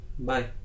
Bye